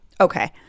Okay